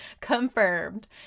Confirmed